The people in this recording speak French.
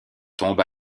tombe